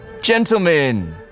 Gentlemen